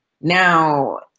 now